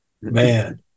man